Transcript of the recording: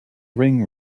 ring